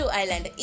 island